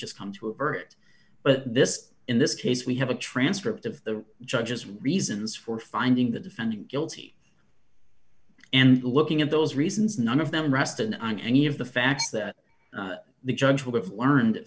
just come to avert but this in this case we have a transcript of the judge's reasons for finding the defendant guilty and looking at those reasons none of them rested on any of the facts that the judge would have learned